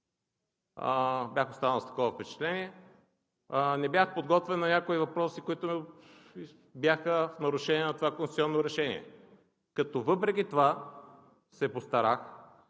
Бях останал с такова впечатление. Не бях подготвен по някои въпроси, които бяха в нарушение на това конституционно решение, като въпреки това се постарах